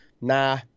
Nah